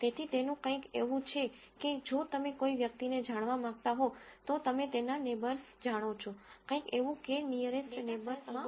તેથી તેનું કંઈક એવું છે કે જો તમે કોઈ વ્યક્તિને જાણવા માંગતા હો તો તમે તેના નેબર્સ જાણો છો કંઈક એવું k નીઅરેસ્ટ નેબર્સમાં ઉપયોગ કરીએ છીએ